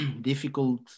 difficult